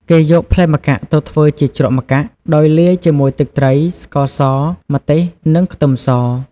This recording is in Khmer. គេយកផ្លែម្កាក់ទៅធ្វើជា ជ្រក់ម្កាក់ ដោយលាយជាមួយទឹកត្រី ស្ករស ម្ទេស និងខ្ទឹមស។